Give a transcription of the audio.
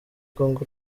congo